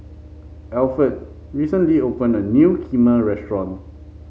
Alferd recently opened a new Kheema restaurant